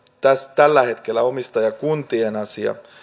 tällä hetkellä omistajakuntien asia